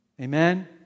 Amen